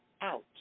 out